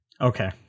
Okay